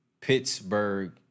Pittsburgh